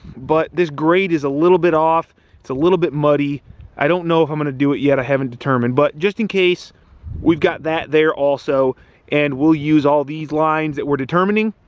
but this grade is a little bit off it's a little bit muddy i don't know if i'm gonna do it yet i haven't determined but just in case we've got that there also and we'll use all these lines that we're determining